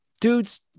dudes